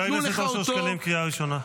--- חבר הכנסת אושר שקלים, קריאה ראשונה.